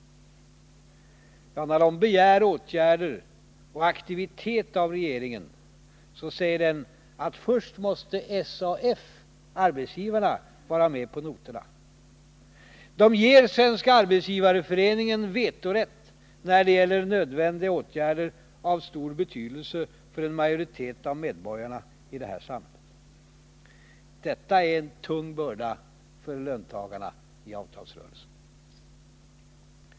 När de begär åtgärder och aktiviteter av regeringen, säger den att först måste SAF, arbetsgivarna, vara med på noterna. Den ger Svenska arbetsgivareföreningen vetorätt när det gäller nödvändiga åtgärder av stor betydelse för en majoritet av medborgarna. Detta är en tung börda för löntagarna i avtalsrörelsen.